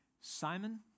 Simon